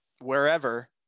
wherever